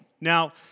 Now